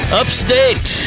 upstate